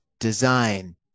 design